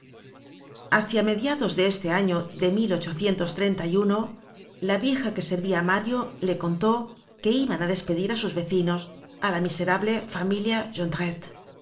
hacia mediados de este año de la vieja que servia á mario le contó que iban á despedir á sus vecinos á la miserable familia